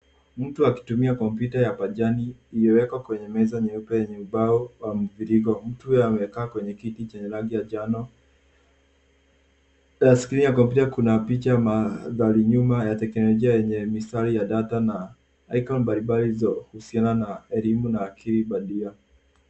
Mtu akitumia kompyuta ya pajani iliyowekwa kwenye meza nyeupe yenye ubao wa mviringo. Mtu huyo amekaa kwenye kiti chenye rangi ya njano. Mbele ya skrini ya kompyuta kuna picha ya mandhari nyuma ya teknolojia yenye mistari ya data na icon mbalimbali zinazohusiana na elimu na akili bandia.